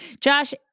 Josh